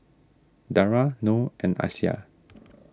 Dara Noh and Aisyah